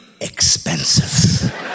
expensive